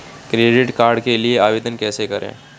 Credit card के लिए आवेदन कैसे करें?